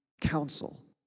counsel